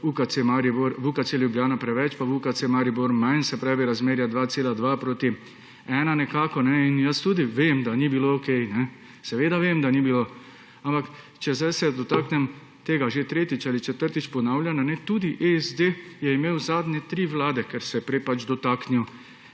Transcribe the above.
UKC Ljubljana preveč pa v UKC Maribor manj, se pravi, razmerja 2,2 proti 1 nekako – jaz tudi vem, da ni bilo okej. Seveda vem, da ni bilo, ampak če se zdaj dotaknem tega, že tretjič ali četrtič ponavljam, tudi SD je imel zadnje tri vlade. Ker se je prej pač dotaknil